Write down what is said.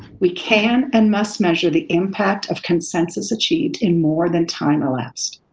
we can and must measure the impact of consensus achieved in more than time elapsed,